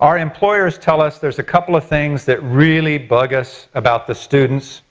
our employers tell us, there's a couple of things that really bug us about the students